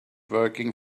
working